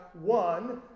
one